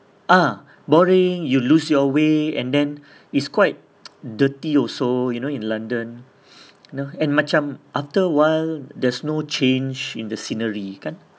ah boring you lose your way and then is quite dirty also you know in london you know and macam after awhile there's no change in the scenery kan